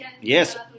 yes